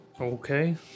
Okay